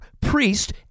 Priest